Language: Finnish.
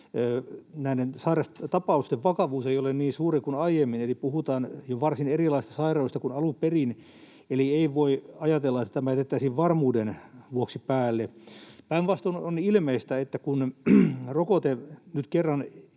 näiden tapausten vakavuus ei ole niin suuri kuin aiemmin, eli puhutaan jo varsin erilaisesta sairaudesta kuin alun perin. Eli ei voi ajatella, että tämä jätettäisiin varmuuden vuoksi päälle. Päinvastoin on ilmeistä, että kun rokote nyt kerran